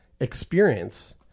experience